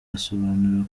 asobanura